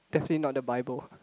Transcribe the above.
definitely not the bible